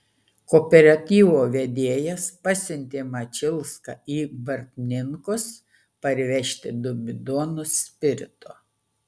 kooperatyvo vedėjas pasiuntė mačiulską į bartninkus parvežti du bidonus spirito